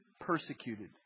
persecuted